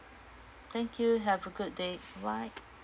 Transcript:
thank you have a good day goodbye